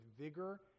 vigor